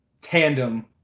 tandem